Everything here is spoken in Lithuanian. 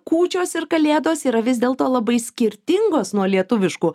kūčios ir kalėdos yra vis dėlto labai skirtingos nuo lietuviškų